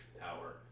power